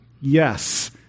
Yes